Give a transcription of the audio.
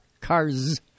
Cars